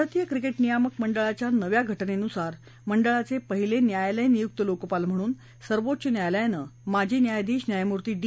भारतीय क्रिके नियामक मंडळाच्या नव्या घ उनुसार मंडळाचे पहिले न्यायालयनियुक्त लोकपाल म्हणून सर्वोच्च न्यायालयानं माजी न्यायाधीश न्यायमूर्ती डी